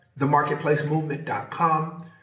TheMarketplaceMovement.com